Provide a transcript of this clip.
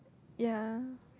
ya